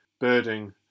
birding